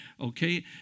okay